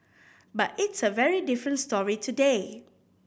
but it's a very different story today